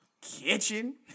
kitchen